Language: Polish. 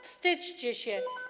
Wstydźcie się.